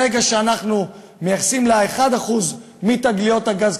ברגע שאנחנו מייחסים לה 1% מתגליות הגז,